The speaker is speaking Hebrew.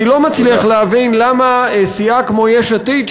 אני לא מצליח להבין למה סיעה כמו יש עתיד,